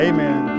Amen